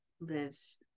lives